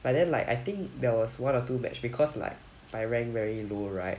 but then like I think there was one or two match because like my rank very low right